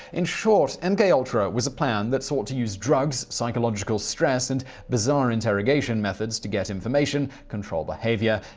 in short, and mkultra was a plan that sought to use drugs, psychological stress, and bizarre interrogation methods to get information, control behavior,